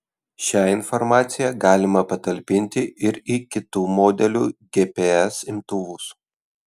šią informaciją galima patalpinti ir į kitų modelių gps imtuvus